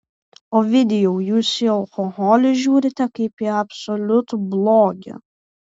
ovidijau jūs į alkoholį žiūrite kaip į absoliutų blogį